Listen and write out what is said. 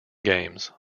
games